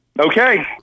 okay